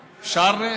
אפשר?